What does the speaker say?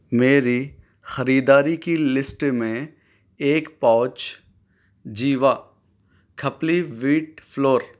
میری خریداری کی لسٹ میں ایک pouch Jiwa Khapli wheat floor